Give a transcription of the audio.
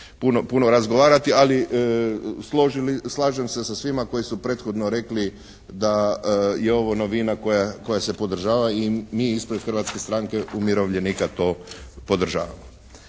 puno razgovarati, ali slažem se sa svima koji su prethodno rekli da je ovo novina koja se podržava i mi ispred Hrvatske stranke umirovljenika to podržavamo.